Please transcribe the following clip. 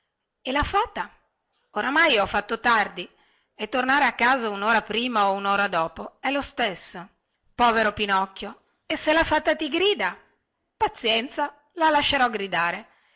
e la fata oramai ho fatto tardi e tornare a casa unora prima o unora dopo è lo stesso povero pinocchio e se la fata ti grida pazienza la lascerò gridare